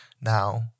now